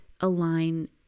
align